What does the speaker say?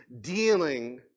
dealing